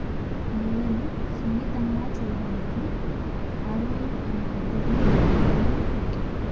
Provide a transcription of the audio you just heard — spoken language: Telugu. నేలను సున్నితంగా సేయడానికి హారొయింగ్ అనే పద్దతిని వాడుతారంట